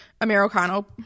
Americano